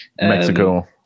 Mexico